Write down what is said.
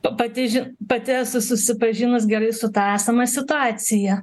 p pati žin pati esu susipažinus gerai su ta esama situacija